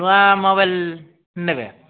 ନୂଆ ମୋବାଇଲ୍ ନେବେ